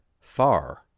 far